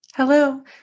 Hello